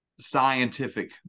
scientific